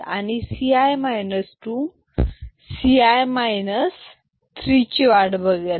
आणि CI minus two C I minus three ची वाट बघेल